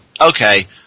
Okay